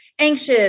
anxious